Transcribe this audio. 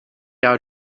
out